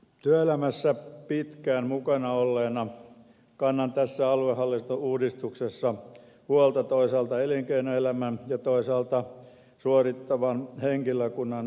työelämässä pitkään mukana olleena kannan tässä aluehallintouudistuksessa huolta toisaalta elinkeinoelämän ja toisaalta suorittavan henkilökunnan asemasta